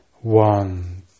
One